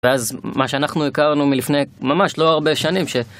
ואז, מה שאנחנו הכרנו מלפני ממש לא הרבה שנים ש...